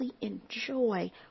enjoy